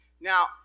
Now